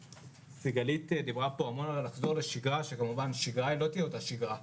סיגלית דיברה על חזרה לשגרה שכבר לא תהיה אותה שיגרה,